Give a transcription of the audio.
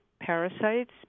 parasites